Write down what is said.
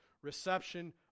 Reception